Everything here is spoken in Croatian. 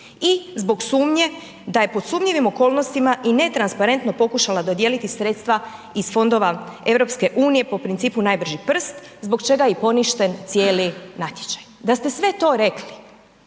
i zbog sumnje da je pod sumnjivim okolnostima i netransparentno pokušala dodijeliti sredstva iz fondova EU po principu najbrži prst zbog čega je i poništen cijeli natječaj. Da ste sve to rekli